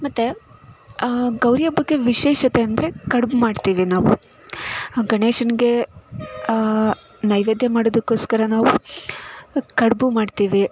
ಮತ್ತು ಗೌರಿ ಹಬ್ಬಕ್ಕೆ ವಿಶೇಷತೆ ಅಂದರೆ ಕಡುಬು ಮಾಡ್ತೀವಿ ನಾವು ಆ ಗಣೇಶನಿಗೆ ನೈವೇದ್ಯ ಮಾಡೋದಕೋಸ್ಕರ ನಾವು ಕಡುಬು ಮಾಡ್ತೀವಿ